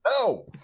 No